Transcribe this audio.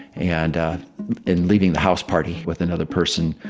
and in leaving the house party with another person,